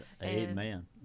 Amen